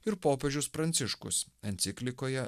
ir popiežius pranciškus enciklikoje